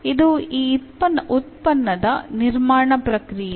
ಇದು ಈ ಉತ್ಪನ್ನದ ನಿರ್ಮಾಣ ಪ್ರಕ್ರಿಯೆ